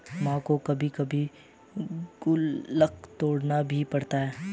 मां को कभी कभी गुल्लक तोड़ना भी पड़ता है